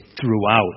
throughout